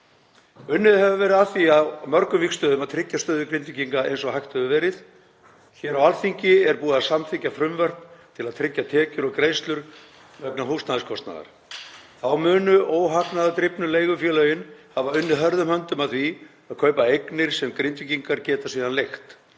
Unnið hefur verið að því á mörgum vígstöðvum að tryggja stöðu Grindvíkinga eins og hægt hefur verið. Hér á Alþingi er búið að samþykkja frumvörp til að tryggja tekjur og greiðslur vegna húsnæðiskostnaðar. Þá munu óhagnaðardrifnu leigufélögin hafa unnið hörðum höndum að því að kaupa eignir sem Grindvíkingar geta síðan leigt.